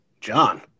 John